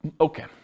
Okay